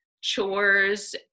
chores